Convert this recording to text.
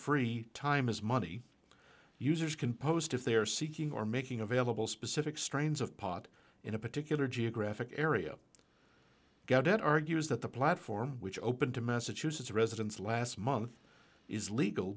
free time is money users can post if they're seeking or making available specific strains of pot in a particular geographic area get it argues that the platform which open to massachusetts residents last month is legal